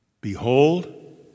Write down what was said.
Behold